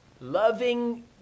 Loving